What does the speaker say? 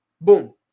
boom